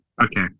Okay